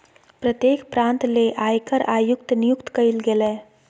प्रत्येक प्रांत ले आयकर आयुक्त नियुक्त कइल गेलय